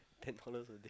ten dollars